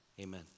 Amen